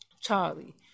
Charlie